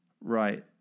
Right